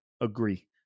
agree